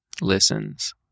listens